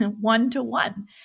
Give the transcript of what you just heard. one-to-one